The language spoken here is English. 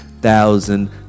Thousand